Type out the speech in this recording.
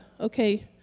Okay